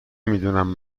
میدونم